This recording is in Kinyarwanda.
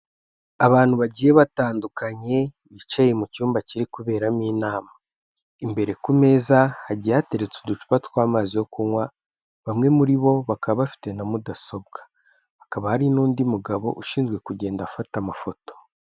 Abantu bagiye batandukanye bicaye mu cyumba kiri kuberamo inama, imbere ku meza hagiye hateretse uducupa tw'amazi yo kunywa bamwe muri bo bakaba bafite na mudasobwa hakaba hari n'undi mugabo ushinzwe kugenda afata amafoto.